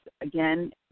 again